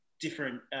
different